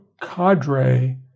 cadre